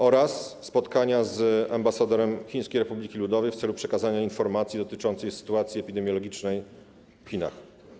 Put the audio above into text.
oraz odbyło się spotkanie z ambasadorem Chińskiej Republiki Ludowej w celu przekazania informacji dotyczącej sytuacji epidemiologicznej w Chinach.